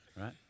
right